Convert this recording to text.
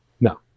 No